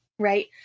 Right